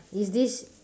is this